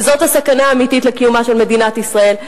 וזאת הסכנה האמיתית לקיומה של מדינת ישראל.